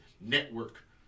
network